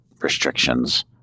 restrictions